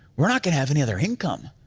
we're not gonna have any other income,